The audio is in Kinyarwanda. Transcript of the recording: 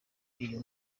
iyo